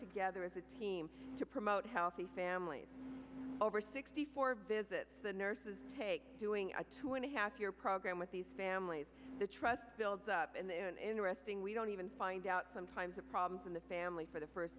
together as a team to promote healthy families over sixty four visits the nurses take doing a two and a half year program with these families the trust builds up and interesting we don't even find out sometimes a problem in the family for the first